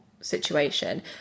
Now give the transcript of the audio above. situation